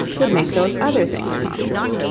would make those other things prominent.